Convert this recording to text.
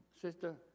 sister